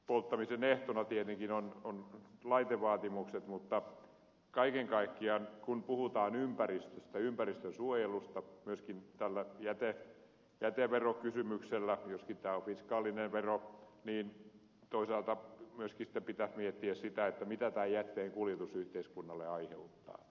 polttamisen ehtona tietenkin on laitevaatimukset mutta kaiken kaikkiaan kun puhutaan ympäristöstä ympäristönsuojelusta myöskin tällä jäteverokysymyksellä joskin tämä on fiskaalinen vero niin toisaalta myöskin sitten pitäisi miettiä mitä tämä jätteen kuljetus yhteiskunnalle aiheuttaa